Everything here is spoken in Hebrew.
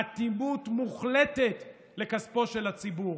אטימות מוחלטת לכספו של הציבור.